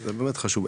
זה באמת חשוב,